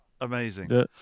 amazing